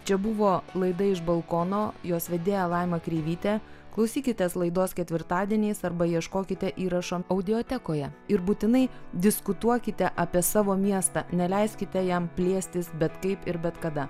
čia buvo laida iš balkono jos vedėja laima kreivytė klausykitės laidos ketvirtadieniais arba ieškokite įrašo audiotekoje ir būtinai diskutuokite apie savo miestą neleiskite jam plėstis bet kaip ir bet kada